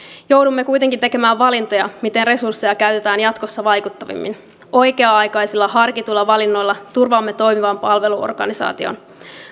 joudumme kuitenkin tekemään valintoja siinä miten resursseja käytetään jatkossa vaikuttavammin oikea aikaisilla harkituilla valinnoilla turvaamme toimivan palveluorganisaation